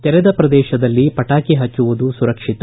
ತೆರೆದ ಪ್ರದೇಶದಲ್ಲಿ ಪಟಾಕಿ ಹಬ್ಬವುದು ಸುರಕ್ಷಿತ